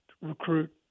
recruit